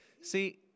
see